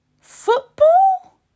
football